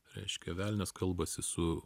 reiškia velnias kalbasi su